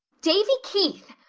davy keith!